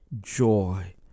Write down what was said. joy